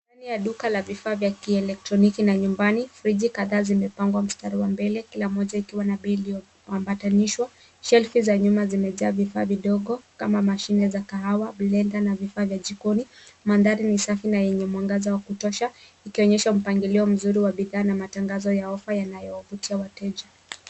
Ndani ya duka la vifaa vya kielektroniki na nyumbani, friji kadhaa zimepangwa mstari wa mbele kila moja ikiwa na bei iliyoambatanishwa. Shelf za nyuma zimejaa vifaa vidogo kama mashine za kahawa, blender na vifaa vya jikoni. Mandhari ni safi na yenye mwangaza wa kutosha ikionyesha mpangilio mzuri wa bidhaa na matangazo ya offer yanayovutia wateja.